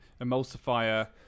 emulsifier